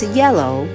yellow